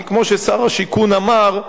כי כמו ששר השיכון אמר: